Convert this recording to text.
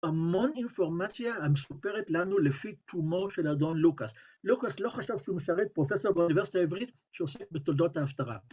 ‫המון אינפורמציה המסופרת לנו ‫לפי תומו של אדון לוקאס. ‫לוקאס לא חשב שהוא משרת ‫פרופסור באוניברסיטה העברית ‫שעוסק בתולדות ההפטרה.